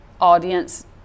audience